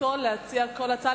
זכותו להציע כל הצעה,